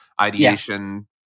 ideation